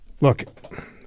Look